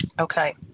Okay